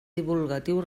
divulgatiu